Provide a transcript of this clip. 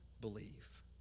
believe